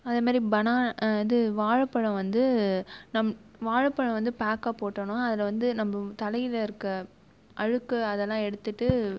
அதுமாரி பனானா இது வாழைப்பழம் வந்து நம் வாழைப்பழம் வந்து பேக்காக போட்டோம்னா அதில் வந்து நம்ம தலையில் இருக்க அழுக்கு அதலாம் எடுத்துட்டு